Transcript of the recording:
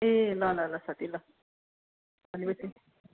ए ल ल ल साथी ल भनेपछि